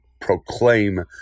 proclaim